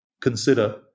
consider